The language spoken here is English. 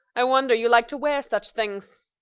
i wonder you like to wear such things!